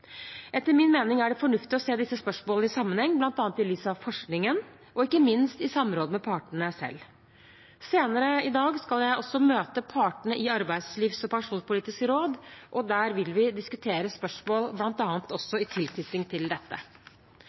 Etter min mening er det fornuftig å se disse spørsmålene i sammenheng, bl.a. i lys av forskningen og ikke minst i samråd med partene selv. Senere i dag skal jeg også møte partene i arbeidslivs- og pensjonspolitisk råd. Der vil vi bl.a. diskutere spørsmål i tilknytning til dette.